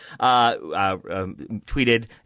tweeted